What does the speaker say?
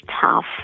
tough